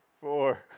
four